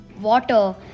water